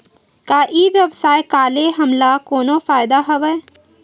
का ई व्यवसाय का ले हमला कोनो फ़ायदा हवय?